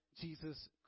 Jesus